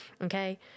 okay